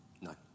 No